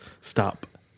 Stop